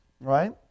right